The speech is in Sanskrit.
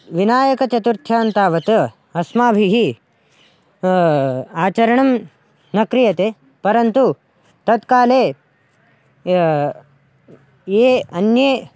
विनायकचतुर्थ्यान् तावत् अस्माभिः आचरणं न क्रियते परन्तु तत्काले य ये अन्ये